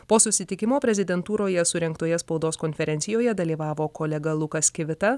po susitikimo prezidentūroje surengtoje spaudos konferencijoje dalyvavo kolega lukas kivita